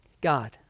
God